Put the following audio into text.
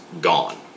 gone